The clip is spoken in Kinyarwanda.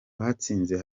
batsinze